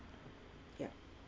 ya